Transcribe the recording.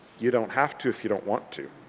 you don't have to if you don't want to.